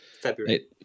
February